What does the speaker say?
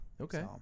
Okay